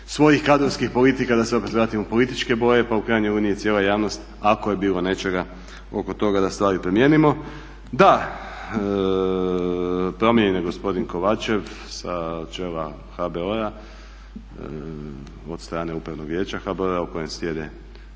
svojih kadrovskih politika da se opet vratim u političke boje pa u krajnjoj liniji cijela javnost ako je bilo nečega oko toga da stvari promijenimo. Da, promijenjen gospodin Kovačev sa čela HBOR-a od strane Upravnog vijeća HBOR-a u kojem sjede